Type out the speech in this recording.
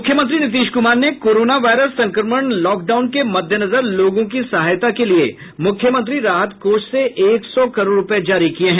मुख्यमंत्री नीतीश कुमार ने coronavirus संक्रमण लॉकडाउन के मददेनजर लोगों की सहायता के लिये मुख्यमंत्री राहत कोष से एक सौ करोड़ रूपये जारी किये हैं